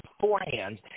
beforehand